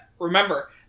remember